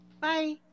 Bye